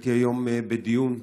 הייתי היום בדיון,